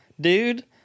dude